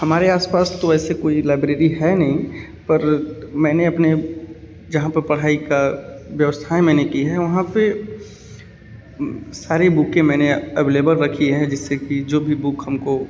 हमारे आसपास तो वैसे कोई लाइब्रेरी है नहीं पर मैंने अपने जहाँ पे पढ़ाई का व्यवस्थाएँ मैंने की है वहाँ पे सारी बुकें मैंने एवलेबल रखी है जिससे कि जो भी बुक हमको